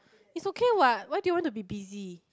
it's okay what why do you want to be busy